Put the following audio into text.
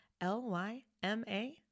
L-Y-M-A